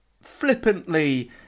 flippantly